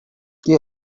chi